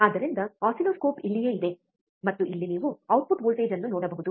ಆದ್ದರಿಂದ ಆಸಿಲ್ಲೋಸ್ಕೋಪ್ ಇಲ್ಲಿಯೇ ಇದೆ ಮತ್ತು ಇಲ್ಲಿ ನೀವು ಔಟ್ಪುಟ್ ವೋಲ್ಟೇಜ್ ಅನ್ನು ನೋಡಬಹುದು